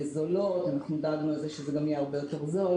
זולות - אנחנו דאגנו לזה שזה גם יהיה הרבה יותר זול